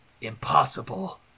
Impossible